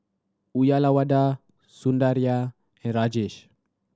Uyyalawada Sundaraiah and Rajesh